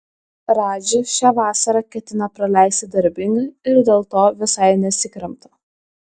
radži šią vasarą ketina praleisti darbingai ir dėl to visai nesikremta